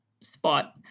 spot